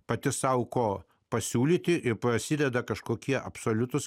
pati sau ko pasiūlyti ir prasideda kažkokie absoliutūs